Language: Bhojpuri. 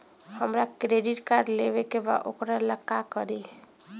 हमरा क्रेडिट कार्ड लेवे के बा वोकरा ला का करी?